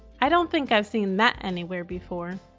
i don't think i've seen that anywhere before.